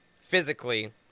physically